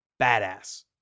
badass